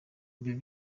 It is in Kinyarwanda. ibyo